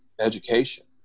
education